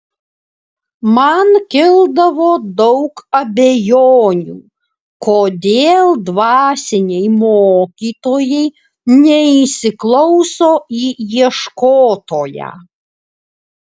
man kildavo daug abejonių kodėl dvasiniai mokytojai neįsiklauso į ieškotoją